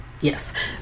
yes